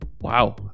Wow